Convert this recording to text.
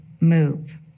move